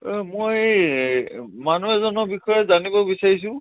এই মই মানুহ এজনৰ বিষয়ে জানিব বিচাৰিছোঁ